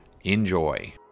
Enjoy